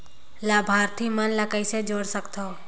लाभार्थी मन ल कइसे जोड़ सकथव?